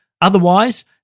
Otherwise